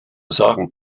sagen